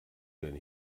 denn